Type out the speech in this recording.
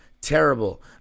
terrible